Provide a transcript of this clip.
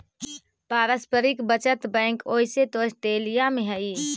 पारस्परिक बचत बैंक ओइसे तो ऑस्ट्रेलिया में हइ